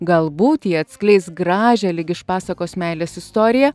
galbūt jie atskleis gražią lyg iš pasakos meilės istoriją